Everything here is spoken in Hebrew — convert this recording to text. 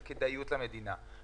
של כדאיות למדינה.